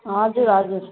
हजुर हजुर